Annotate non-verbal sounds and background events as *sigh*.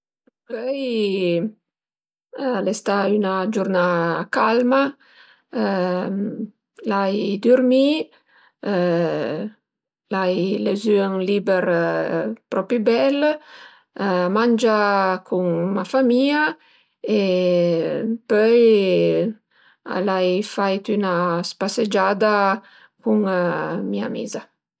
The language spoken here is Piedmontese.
Ëncöi al e sta 'na giurnà calma *hesitation* l'ai dürmì *hesitation* l'ai lezü ün liber propi bel, mangià cun ma famìa e pöi l'ai fait 'na spasegiada cun mia amiza